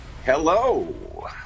Hello